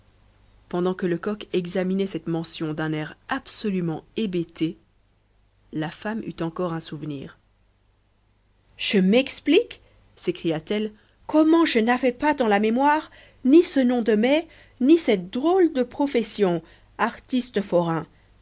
pendant que lecoq examinait cette mention d'un air absolument hébété la femme eut encore un souvenir je m'explique s'écria-t-elle comment je n'avais dans la mémoire ni ce nom de mai ni cette drôle de profession artiste forain